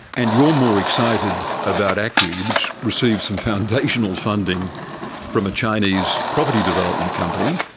and you're more excited about acri which received some foundational funding from a chinese property development company,